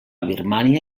birmània